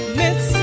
miss